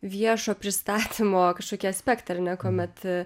viešo pristatymo kažkokį aspektą ar ne kuomet